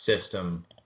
system